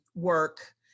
work